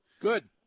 Good